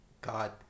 God